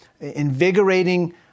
invigorating